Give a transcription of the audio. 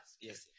Yes